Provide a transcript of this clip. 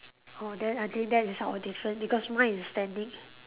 oh then I think that is our different because mine is standing